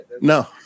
No